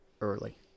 early